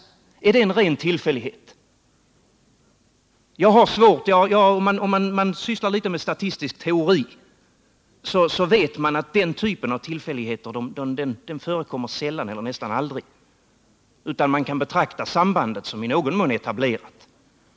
Är detta bara en ren tillfällighet? Om man sysslar litet med statistisk teori, vet man att den typen av tillfälligheter förekommer ytterst sällan eller nästan aldrig, utan att man kan betrakta sambandet som i någon mån etablerat.